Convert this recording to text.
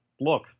look